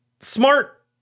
Smart